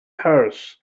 hers